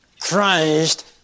Christ